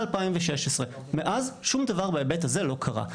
מ-2016, מאז, שום דבר בהיבט הזה לא קרה.